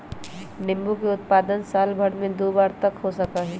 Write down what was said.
नींबू के उत्पादन साल भर में दु बार तक हो सका हई